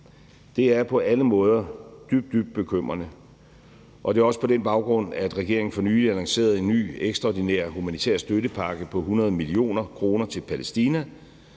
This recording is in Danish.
Det er på alle måder dybt, dybt bekymrende, og det er også på den baggrund, at regeringen for nylig annoncerede en ny ekstraordinær humanitær støttepakke på 100 mio. kr. til Palæstina,